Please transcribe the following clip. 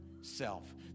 self